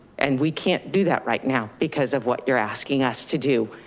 and we can't do that right now because of what you're asking us to do.